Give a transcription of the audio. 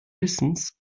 wissens